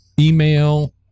email